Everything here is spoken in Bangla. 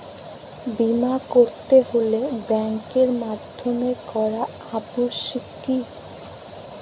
বিমা করাতে হলে ব্যাঙ্কের মাধ্যমে করা আবশ্যিক কি?